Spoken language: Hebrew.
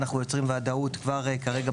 אנחנו יוצרים ודאות בחוק כבר כרגע,